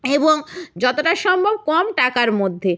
এবং যতটা সম্ভব কম টাকার মধ্যে